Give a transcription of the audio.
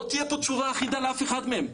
לא תהיה פה תשובה אחידה לאף אחד מהם.